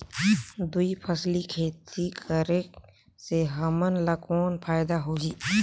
दुई फसली खेती करे से हमन ला कौन फायदा होही?